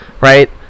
Right